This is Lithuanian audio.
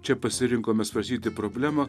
čia pasirinkome svarstyti problemą